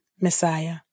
Messiah